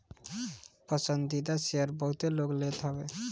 पसंदीदा शेयर बहुते लोग लेत हवे